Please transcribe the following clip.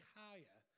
higher